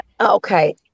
Okay